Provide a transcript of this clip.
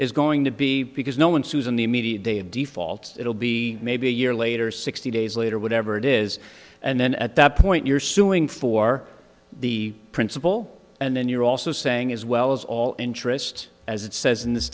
is going to be because no one sues in the immediate day of default it'll be maybe a year later sixty days later whatever it is and then at that point you're suing for the principal and then you're also saying as well as all interest as it says in this